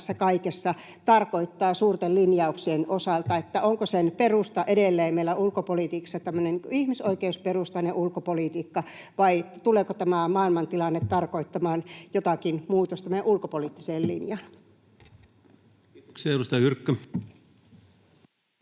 kaikessa, tarkoittaa suurten linjauksien osalta. Onko sen perusta edelleen meillä ulkopolitiikassa tämmöinen ihmisoikeusperustainen ulkopolitiikka, vai tuleeko tämä maailmantilanne tarkoittamaan jotakin muutosta meidän ulkopoliittiseen linjaan? [Speech 268]